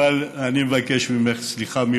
אני מבקש ממך סליחה.